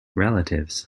relatives